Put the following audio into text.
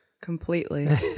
Completely